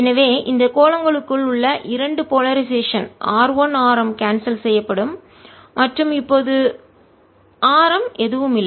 எனவே இந்த கோளங்களுக்குள் உள்ள இரண்டு போலரைசேஷன் துருவமுனைப்பு R 1 ஆரம் கான்செல் செய்யப்படும் மற்றும் இப்போது ஆரம் எதுவும் இல்லை